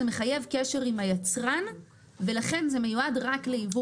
זה מחייב קשר עם היצרן ולכן זה מיועד רק ליבוא